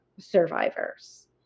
survivors